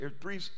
three